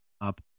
up